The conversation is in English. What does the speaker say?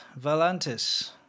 Valantis